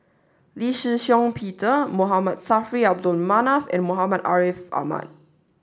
Lee Shih Shiong Peter M Saffri A Manaf and Muhammad Ariff Ahmad